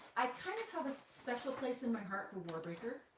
i kind of have a special place in my heart for warbreaker,